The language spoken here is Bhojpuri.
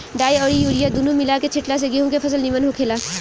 डाई अउरी यूरिया दूनो मिला के छिटला से गेंहू के फसल निमन होखेला